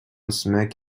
smack